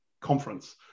conference